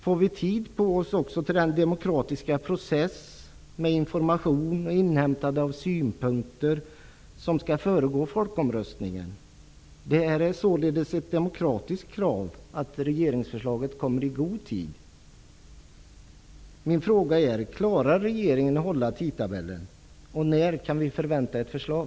Får vi tid på oss också för den demokratiska process med information och inhämtande av synpunkter, som skall föregå folkomröstningen? Det är således ett demokratiskt krav, att regeringsförslaget kommer i god tid. Mina frågor är: Klarar regeringen att hålla tidtabellen? När kan vi förvänta oss ett förslag?